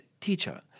teacher